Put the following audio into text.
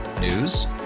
News